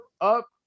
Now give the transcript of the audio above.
up